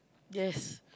yes